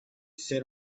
sat